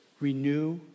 renew